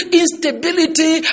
instability